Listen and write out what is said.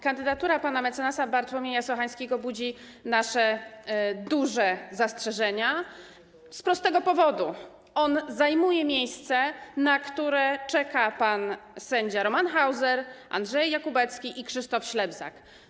Kandydatura pana mecenasa Bartłomieja Sochańskiego budzi nasze duże zastrzeżenia - z prostego powodu: on zajmuje miejsce, na które czekają pan sędzia Roman Hauser, Andrzej Jakubecki i Krzysztof Ślebzak.